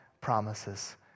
promises